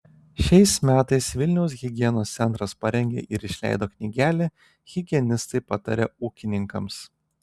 šiais metais vilniaus higienos centras parengė ir išleido knygelę higienistai pataria ūkininkams